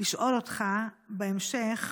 לשאול אותך בהמשך,